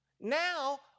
Now